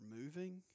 moving